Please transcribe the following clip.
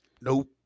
Nope